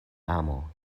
amo